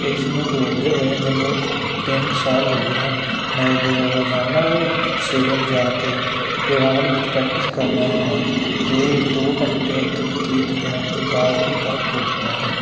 ਇਸ ਨੂੰ ਦੌੜਦੇ ਹੋਏ ਮੈਨੂੰ ਤਿੰਨ ਕੁ ਸਾਲ ਹੋ ਗਏ ਹਨ ਮੈਂ ਦੌ ਰੋਜ਼ਾਨਾ ਸਟੇਡੀਅਮ ਜਾ ਕੇ ਗਰਾਉਂਡ ਵਿੱਚ ਪ੍ਰੈਕਟਿਸ ਕਰਦਾ ਹਾਂ ਅਤੇ ਦੋ ਘੰਟੇ ਉੱਥੇ ਬਤੀਤ ਕਰਨ ਤੋਂ ਬਾਅਦ ਹੀ ਘਰ ਪਹੁੰਚਦਾ ਹਾਂ